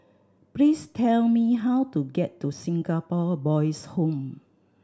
please tell me how to get to Singapore Boys' Home